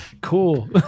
cool